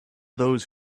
those